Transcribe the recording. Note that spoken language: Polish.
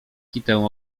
kitę